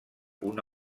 una